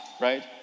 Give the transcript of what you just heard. right